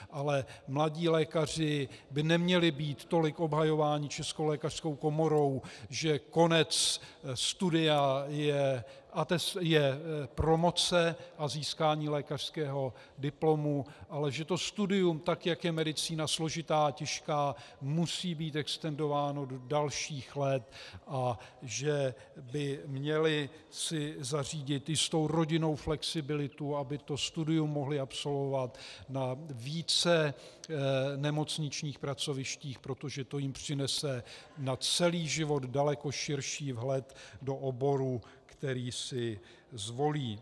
Ale mladí lékaři by neměli být tolik obhajováni Českou lékařskou komorou, že konec studia je promoce a získání lékařského diplomu, ale že to studium, tak jak je medicína složitá a těžká, musí být extendováno do dalších let a že by si měli zařídit jistou rodinnou flexibilitu, aby studium mohli absolvovat na více nemocničních pracovištích, protože to jim přinese na celý život daleko širší vhled do oboru, který si zvolí.